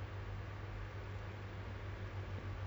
those um touch and run away kind